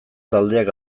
taldeak